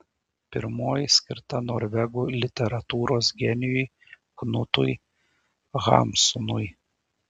pirmoji skirta norvegų literatūros genijui knutui hamsunui